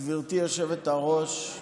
גברתי היושבת-ראש,